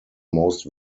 most